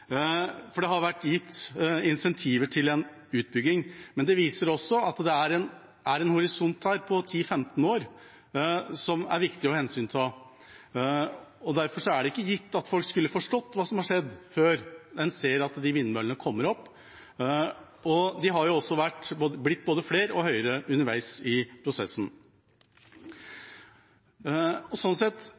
for det har vært gitt insentiver til utbygging, men det viser at det er en horisont her på 10–15 år som er viktig å hensynta. Derfor er det ikke gitt at folk skulle forstå hva som skjedde før en ser at vindmøllene kommer opp, og de har jo også blitt både flere og høyere underveis i prosessen. I 2009 var det Fremskrittspartiet som var mest imot å gi mandatet til energiloven og